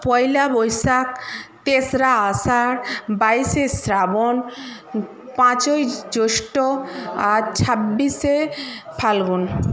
পয়লা বৈশাখ তেসরা আষাঢ় বাইশে শ্রাবণ পাঁচই জ্যৈষ্ঠ আর ছাব্বিশে ফাল্গুন